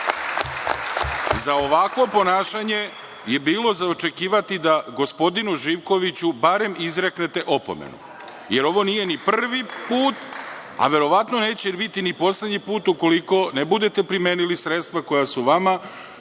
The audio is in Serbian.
Za ovakvo ponašanje je bilo za očekivati da gospodinu Živkoviću bar izreknete opomenu, jer ovo nije ni prvi put, a verovatno neće biti ni poslednji put ukoliko ne budete primenili sredstva koja su vama